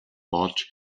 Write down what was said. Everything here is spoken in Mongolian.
болж